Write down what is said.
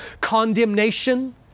Condemnation